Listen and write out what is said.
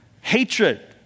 Hatred